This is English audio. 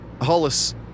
Hollis